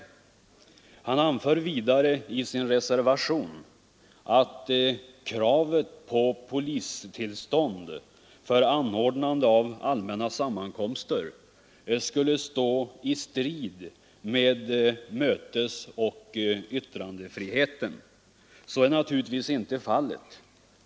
Herr Berndtson anför vidare i sin reservation att kravet på polistillstånd för anordnande av allmänna sammankomster skulle stå i strid med mötesoch yttrandefriheten. Så är naturligtvis inte fallet.